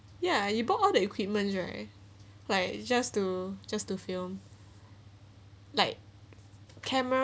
ya you bought all the equipments right like just to just to film like camera